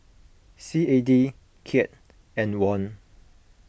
C A D Kyat and Won